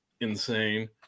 insane